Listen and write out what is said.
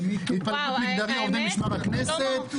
התפלגות מגדרית עובד משמר הכנסת.